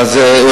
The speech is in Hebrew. לבדוק.